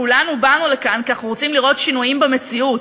כולנו באנו לכאן כי אנחנו רוצים לראות שינויים במציאות.